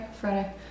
Friday